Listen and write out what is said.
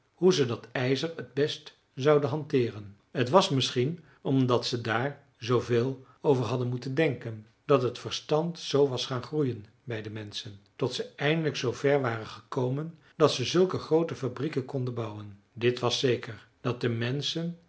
hoe ze dat ijzer het best zouden hanteeren t was misschien omdat ze daar zooveel over hadden moeten denken dat het verstand zoo was gaan groeien bij de menschen tot ze eindelijk zoover waren gekomen dat ze zulke groote fabrieken konden bouwen dit was zeker dat de menschen